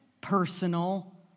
personal